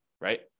right